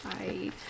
I-